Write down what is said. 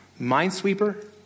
Minesweeper